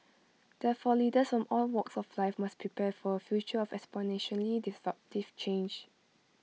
therefore leaders from all walks of life must prepare for A future of exponentially disruptive change